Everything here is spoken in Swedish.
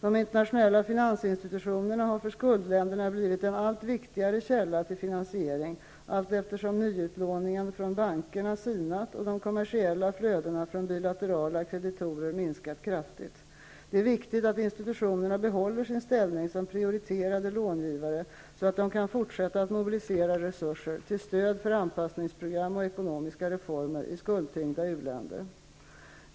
De internationella finansinstitutionerna har för skuldländerna blivit en allt viktigare källa till finansiering allt eftersom nyutlåningen från bankerna sinat och de kommersiella flödena från bilaterala kreditorer minskat kraftigt. Det är viktigt att institutionerna behåller sin ställning som prioriterade långivare så att de kan fortsätta att mobilisera resurser till stöd för anpassningsprogram och ekonomiska reformer i skuldtyngda u-länder.